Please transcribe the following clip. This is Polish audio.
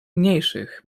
mniejszych